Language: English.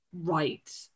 right